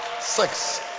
six